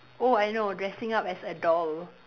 oh I know dressing up as a doll